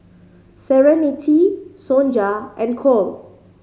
Serenity Sonja and Cole